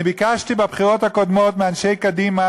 אני ביקשתי בבחירות הקודמות מאנשי קדימה,